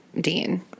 Dean